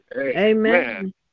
Amen